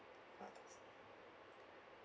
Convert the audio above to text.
four thousand